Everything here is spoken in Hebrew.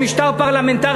או במשטר פרלמנטרי,